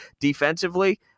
defensively